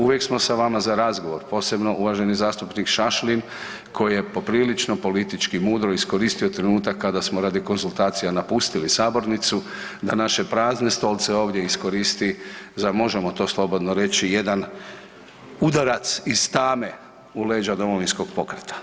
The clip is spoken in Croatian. Uvijek smo sa vama za razgovor posebno uvaženi zastupnik Šašlin koji je poprilično politički mudro iskoristio trenutak kada smo radi konzultacija napustili sabornicu, da naše prazne stolice ovdje iskoristi za možemo to slobodno reći jedan udarac iz tame u leđa Domovinskog pokreta.